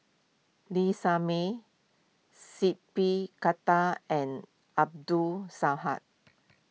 Lee Shermay seat P Khattar and Abdul Saha